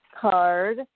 card